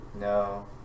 No